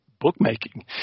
bookmaking